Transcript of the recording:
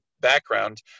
background